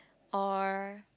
or